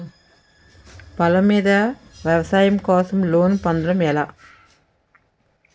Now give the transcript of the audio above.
పొలం మీద వ్యవసాయం కోసం లోన్ పొందటం ఎలా?